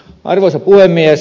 arvoisa puhemies